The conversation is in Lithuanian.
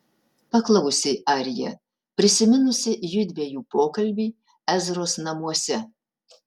paklausė arija prisiminusi judviejų pokalbį ezros namuose